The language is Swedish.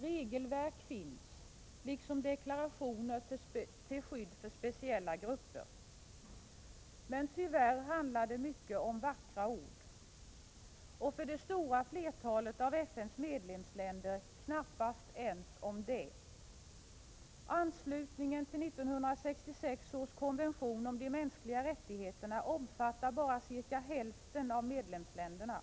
Regelverk finns liksom deklarationer till skydd för speciella grupper. Men tyvärr handlar det mycket om vackra ord, och knappast ens om det för det stora flertalet av FN:s medlemsländer; anslutningen till 1966 års konvention om de mänskliga rättigheterna omfattar bara cirka hälften av medlemsländerna.